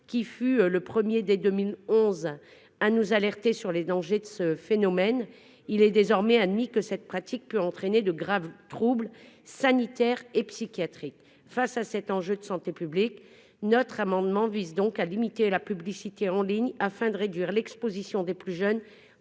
qui fut le premier, dès 2011, à nous alerter sur les dangers de ce phénomène -, il est désormais admis que cette pratique peut entraîner de graves troubles sanitaires et psychiatriques. Devant cet enjeu de santé publique, cet amendement vise à limiter la publicité en ligne afin de réduire l'exposition des plus jeunes,